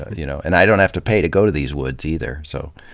you know and i don't have to pay to go to these woods, either, so,